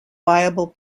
viable